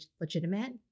legitimate